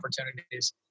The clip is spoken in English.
opportunities